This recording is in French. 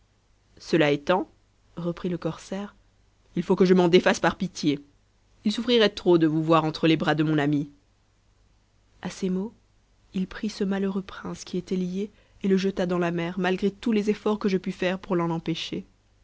cela étant reprit le corsaire il faut que je m'en défasse par pitié if souffrirait trop de vous voir entre les bras de mon ami a a ces mots il prit ce malheureux prince qui était lié et le jeta dans la mer malgré tous les efforts que je pus faire pour l'en empêcher